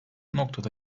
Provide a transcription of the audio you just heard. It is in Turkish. noktada